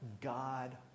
God